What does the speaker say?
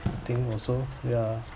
I think also ya